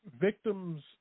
victims